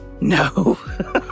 No